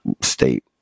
state